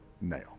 nail